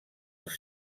els